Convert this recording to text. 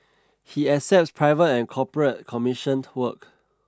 he accepts private and corporate commissioned work